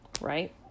right